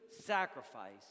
sacrifice